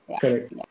correct